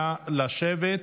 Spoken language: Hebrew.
נא לשבת.